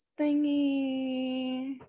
thingy